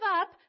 up